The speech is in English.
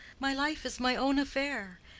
my life is my own affair.